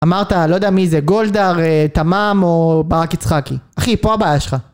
אמרת, לא יודע מי זה, גולדהר, תמם או ברק יצחקי. אחי, פה הבעיה שלך.